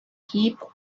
heap